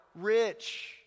rich